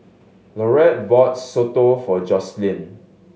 Laurette bought soto for Joselyn